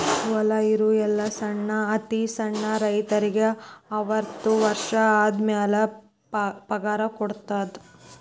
ಹೊಲಾ ಇರು ಎಲ್ಲಾ ಸಣ್ಣ ಅತಿ ಸಣ್ಣ ರೈತರಿಗೆ ಅರ್ವತ್ತು ವರ್ಷ ಆದಮ್ಯಾಲ ಪಗಾರ ಕೊಡುದ